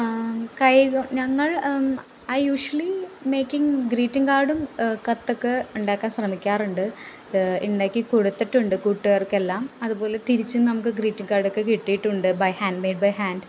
കായികം ഞങ്ങൾ I usually making greeting കാഡും കത്തൊക്കെ ഉണ്ടാക്കാൻ ശ്രമിക്കാറുണ്ട് ഉണ്ടാക്കി കൊടുത്തിട്ടുണ്ട് കൂട്ടുകാർക്കെല്ലാം അതുപോലെ തിരിച്ചും നമുക്ക് ഗ്രീറ്റിങ് കാഡൊക്കെ കിട്ടിയിട്ടുണ്ട് ബൈ ഹാൻഡ് ബൈ ഹാൻഡ്